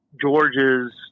George's